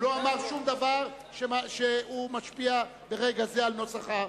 והוא לא אמר שום דבר שמשפיע ברגע זה על נוסח החוק.